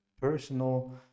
personal